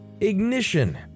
Ignition